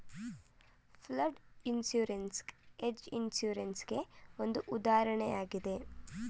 flood insurance hedge insurance ಗೆ ಒಂದು ಉದಾಹರಣೆಯಾಗಿದೆ